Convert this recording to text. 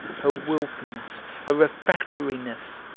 her wilfulness, her refractoriness,